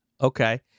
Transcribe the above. Okay